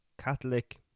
Catholic